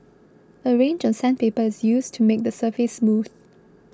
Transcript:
a range of sandpaper is used to make the surface smooth